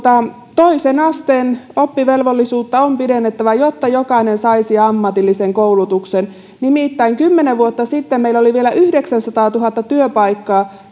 toisen asteen oppivelvollisuutta on pidennettävä jotta jokainen saisi ammatillisen koulutuksen nimittäin kymmenen vuotta sitten meillä oli vielä yhdeksänsataatuhatta työpaikkaa